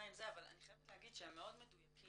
אבל אני חייבת להגיד שהם מאוד מדויקים.